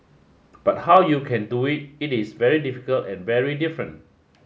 but how you can do it it is very difficult and very different